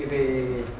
a